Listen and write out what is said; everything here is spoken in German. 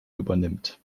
übernimmt